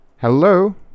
Hello